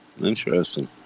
Interesting